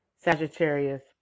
Sagittarius